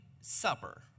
supper